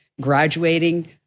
graduating